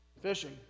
fishing